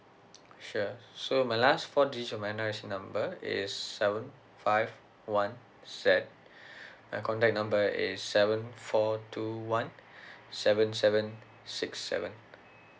sure so my last four digit of my N_R_I_C number is seven five one Z my contact number is seven four two one seven seven six seven